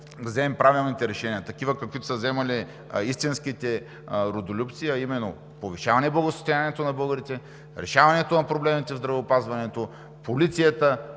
да вземем правилните решения – такива, каквито са вземали истинските родолюбци, а именно за повишаване благосъстоянието на българите, решаването на проблемите в здравеопазването, полицията